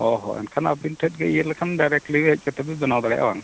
ᱦᱮᱸ ᱦᱮᱸ ᱮᱱᱠᱷᱟᱱ ᱟᱹᱵᱤᱱ ᱴᱷᱮᱱ ᱜᱮ ᱤᱭᱟᱹ ᱞᱮᱠᱷᱟᱱ ᱰᱟᱭᱨᱮᱠᱴᱞᱤ ᱦᱮᱡ ᱠᱟᱛᱮᱫ ᱜᱮ ᱵᱮᱱᱟᱣ ᱫᱟᱲᱮᱭᱟᱜᱼᱟ ᱵᱟᱝ